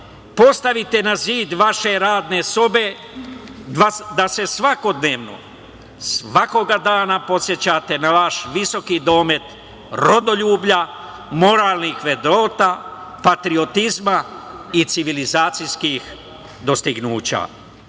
postavite na zid vaše radne sobe da se svakodnevno svakoga dana podsećate na vaš visoki domet rodoljublja, moralni …, patriotizma i civilizacijskih dostignuća. Gospodo,